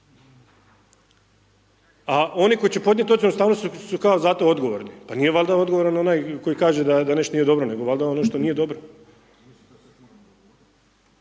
A oni koji će podnijet ocjenu ustavnosti su kao za to odgovorni? Pa nije valjda odgovoran koji kaže da nešto nije dobro, nego valjda ono što nije dobro.